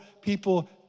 people